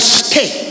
stay